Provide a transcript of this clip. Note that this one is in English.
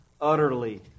Utterly